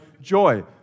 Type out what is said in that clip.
joy